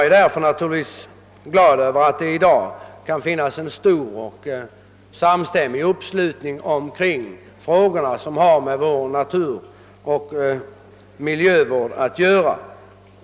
Därför är jag naturligtvis glad över att det i dag kan finnas en stor och samstämmig uppslutning kring de frågor som har med vår naturoch miljövård att göra.